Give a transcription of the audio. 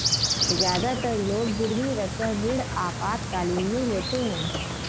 ज्यादातर लोग गिरवी रखकर ऋण आपातकालीन में लेते है